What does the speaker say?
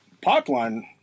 pipeline